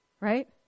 right